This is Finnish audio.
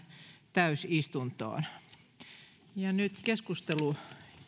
täysistuntoon nyt keskustelu